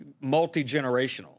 multi-generational